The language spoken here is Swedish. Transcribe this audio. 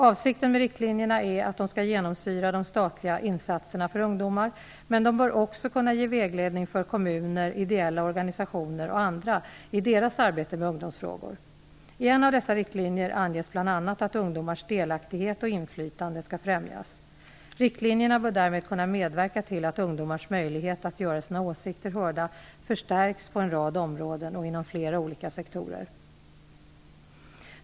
Avsikten med riktlinjerna är att de skall genomsyra de statliga insatserna för ungdomar, men de bör också kunna ge vägledning för kommuner, ideella organisationer och andra i deras arbete med ungdomsfrågor. I en av dessa riktlinjer anges bl.a. att ungdomars delaktighet och inflytande skall främjas. Riktlinjerna bör därmed kunna medverka till att ungdomars möjlighet att göra sina åsikter hörda förstärks på en rad områden och inom flera olika sektorer.